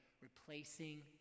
replacing